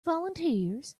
volunteers